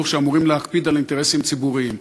שאמורים להקפיד על אינטרסים ציבוריים.